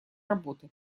работы